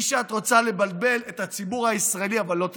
את רוצה לבלבל את הציבור הישראלי, אבל לא תצליחי.